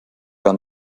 gar